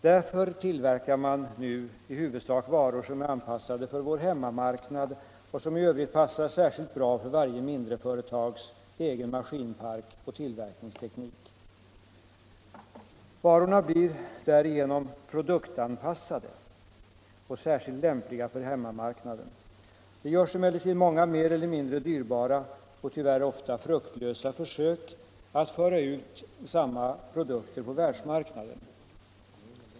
Därför tillverkar de nu i huvudsak varor som är anpassade för vår hemmamarknad och som i övrigt passar särskilt bra för resp. mindreföretags egen maskinpark och tillverkningsteknik. Varorna blir därigenom produktanpassade och särskilt lämpliga för hemmamarknaden. Det görs emellertid många mer eller mindre dyrbara och tyvärr ofta fruktlösa försök att föra ut samma produkter på världsmarknaden.